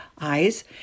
eyes